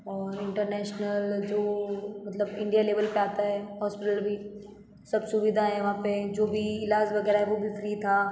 और इंटरनेशनल जो मतलब इंडिया लेवल पे आता है हॉस्पिटल भी सब सुविधा है वहाँ पे जो भी इलाज वगैरह है वो भी फ्री था